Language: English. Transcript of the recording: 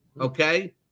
okay